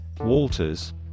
Walters